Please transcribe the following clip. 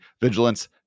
Vigilance